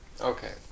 Okay